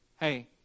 Hey